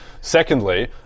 Secondly